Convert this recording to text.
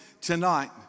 tonight